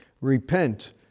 Repent